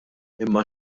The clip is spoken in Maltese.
imma